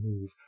move